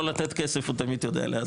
בשביל לא לתת כסף הוא תמיד יודע להסביר.